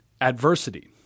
adversity